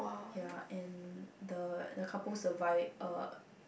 ya and the the couples survive